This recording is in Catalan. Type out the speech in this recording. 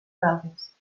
belgues